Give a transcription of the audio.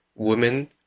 women